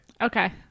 okay